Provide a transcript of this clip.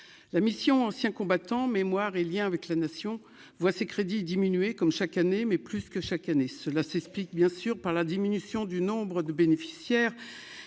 la mission Anciens combattants, mémoire et Liens avec la nation voit ses crédits diminuer comme chaque année, mais plus que chaque année, cela s'explique bien sûr par la diminution du nombre de bénéficiaires